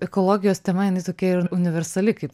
ekologijos tema jinai tokia ir universali kaip